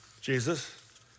Jesus